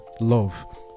love